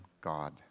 God